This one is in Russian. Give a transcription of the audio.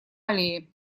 аллее